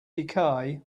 decay